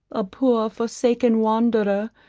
a poor forsaken wanderer,